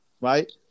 right